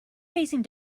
facing